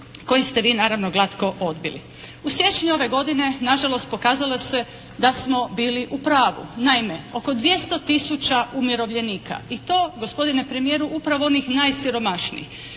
koji ste naravno vi glatko odbili. U siječnju ove godine nažalost pokazalo se da smo bili u pravu. Naime, oko dvjesto tisuća umirovljenika i to gospodine premijeru upravo onih najsiromašnijih,